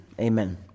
Amen